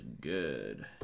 good